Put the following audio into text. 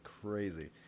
crazy